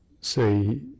say